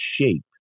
shape